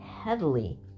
heavily